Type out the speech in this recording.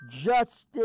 justice